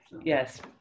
Yes